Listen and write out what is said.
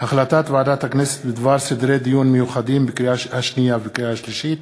החלטת ועדת הכנסת בדבר סדרי דיון מיוחדים בקריאה שנייה ובקריאה שלישית